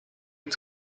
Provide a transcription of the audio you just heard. its